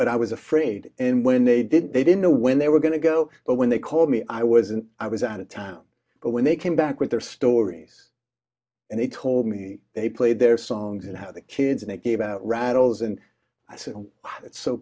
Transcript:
but i was afraid and when they didn't they didn't know when they were going to go but when they called me i wasn't i was out of time but when they came back with their stories and they told me they played their songs and how the kids and it gave rattles and i said oh it's so